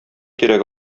кирәк